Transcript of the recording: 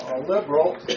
liberal